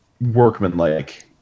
workmanlike